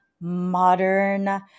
modern